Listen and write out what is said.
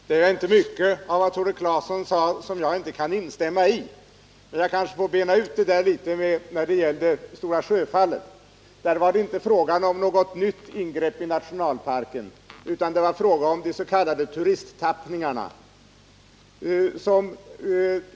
Fru talman! Det är inte mycket av vad Tore Claeson sade som jag inte kan instämma i. Men jag kanske får bena ut förhållandena litet när det gäller Stora Sjöfallet. Där var det inte fråga om något nytt ingrepp i nationalparken, utan det var fråga om dess.k. turisttappningarna.